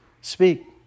Speak